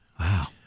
Wow